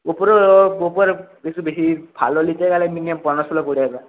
ওপোর ওপোর একটু বেশি ভালো নিতে গেলে মিনিমাম পনেরো ষোলো পড়ে যাবে